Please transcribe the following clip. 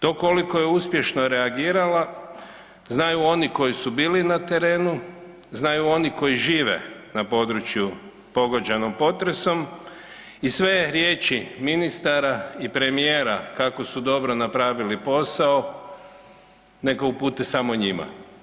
To koliko je uspješno reagirala znaju oni koji su bili na terenu, znaju oni koji žive na području pogođenom potresom i sve riječi ministara i premijera kako su dobro napravili posao neka upute samo njima.